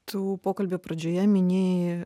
tu pokalbio pradžioje minėjai